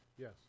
Yes